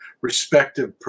respective